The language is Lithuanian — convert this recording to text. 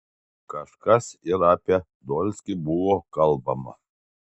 kažkas ir apie dolskį buvo kalbama